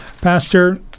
Pastor